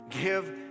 Give